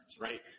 right